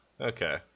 Okay